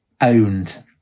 owned